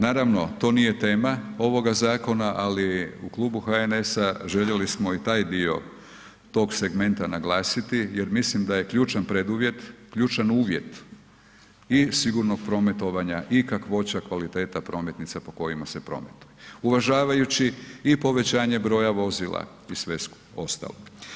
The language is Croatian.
Naravno, to nije tema ovoga zakona, ali u Klubu HNS-a željeli smo i taj dio tog segmenta naglasiti jer mislim da je ključan preduvjet, ključan uvjet i sigurnog prometovanja i kakvoća, kvaliteta prometnica po kojima se prometuje, uvažavajući i povećanje broja vozila i sve ostalo.